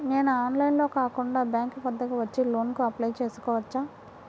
నేను ఆన్లైన్లో కాకుండా బ్యాంక్ వద్దకు వచ్చి లోన్ కు అప్లై చేసుకోవచ్చా?